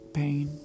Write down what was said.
pain